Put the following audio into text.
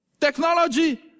technology